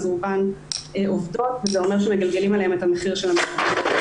כמובן שאלה עובדות וזה אומר שמגלגלים אליהן את המחיר של המגפה.